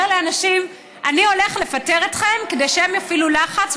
אני הולך לפטר אתכם, כדי שהם יפעילו לחץ.